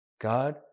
God